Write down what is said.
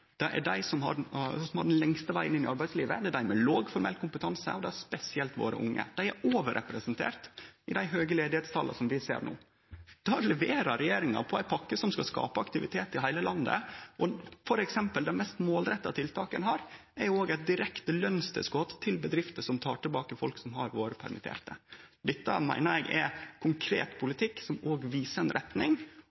stig, er dei som har den lengste vegen inn i arbeidslivet, dei med låg formell kompetanse og då spesielt våre unge. Dei er overrepresenterte i dei høge ledigheitstala som vi ser no. Der leverer regjeringa med ei pakke som skal skape aktivitet i heile landet, f.eks. det mest målretta tiltaket ein har, eit direkte lønstilskot til bedrifter til som tar tilbake folk som har vore permitterte . Dette meiner eg er konkret